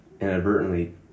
inadvertently